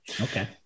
Okay